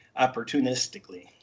opportunistically